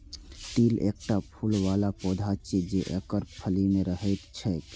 तिल एकटा फूल बला पौधा छियै, जे एकर फली मे रहैत छैक